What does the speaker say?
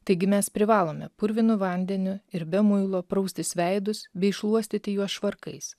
taigi mes privalome purvinu vandeniu ir be muilo praustis veidus bei šluostyti juos švarkais